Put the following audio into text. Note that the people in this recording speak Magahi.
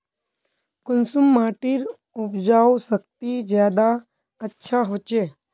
कुंसम माटिर उपजाऊ शक्ति ज्यादा अच्छा होचए?